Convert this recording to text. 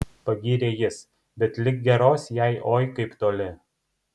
pagyrė jis bet lig geros jai oi kaip toli